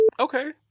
Okay